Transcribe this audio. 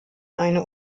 eine